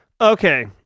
Okay